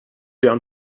down